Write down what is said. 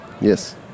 Yes